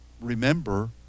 remember